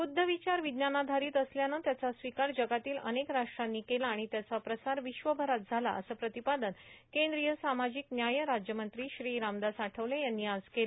बुद्धविचार हे विज्ञानाधार्धारत असल्यानं त्याचा स्वीकार जगातील अनेक राष्ट्रांनी केला आणि त्याचा प्रसार विश्वभरात झाला असं प्रतिपादन कद्रीय सामाजिक न्याय राज्यमंत्री श्री रामदास आठवले यांनी आज केलं